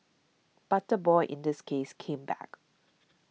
but the boy in this case came back